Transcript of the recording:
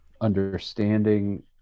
understanding